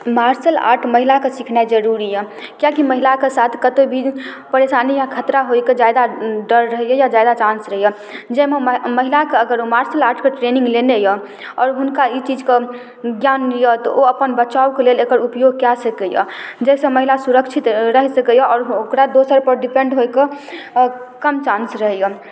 martial art महिलाके सिखनाइ जरूरी अइ कियाकि महिलाके साथ कतहु भी परेशानी या खतरा होइके ज्यादा डर रहैए या ज्यादा चान्स रहैए जाहिमे महिलाके अगर मार्शल आर्टके ट्रेनिङ्ग लेने अइ आओर हुनका एहि चीजके ज्ञान अइ तऽ ओ अपन बचावके लेल एकर उपयोग कऽ सकैए जाहिसँ महिला सुरक्षित रहि सकैए आओर ओकरा दोसरपर डिपेन्ड होइके कम चान्स रहैए